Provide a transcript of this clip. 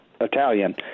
Italian